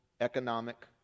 economic